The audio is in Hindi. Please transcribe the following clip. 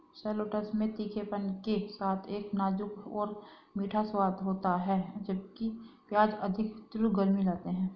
शैलोट्स में तीखेपन के साथ एक नाजुक और मीठा स्वाद होता है, जबकि प्याज अधिक तीव्र गर्मी लाते हैं